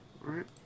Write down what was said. right